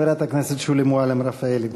חברת הכנסת שולי מועלם-רפאלי.